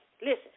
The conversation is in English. listen